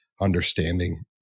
understanding